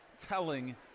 telling